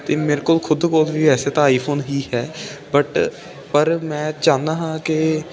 ਅਤੇ ਮੇਰੇ ਕੋਲ ਖੁਦ ਕੋਲ ਵੀ ਵੈਸੇ ਤਾਂ ਆਈਫੋਨ ਹੀ ਹੈ ਬਟ ਪਰ ਮੈਂ ਚਾਹੁੰਦਾ ਹਾਂ ਕਿ